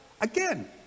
again